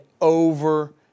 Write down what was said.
over